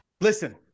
Listen